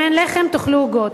אם אין לחם תאכלו עוגות.